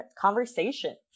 conversations